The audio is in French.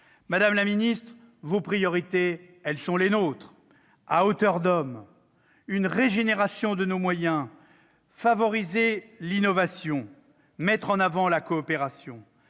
Madame la ministre, vos priorités sont les nôtres : à « hauteur d'homme », régénération de nos moyens, favoriser l'innovation, mettre en avant la coopération